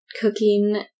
cooking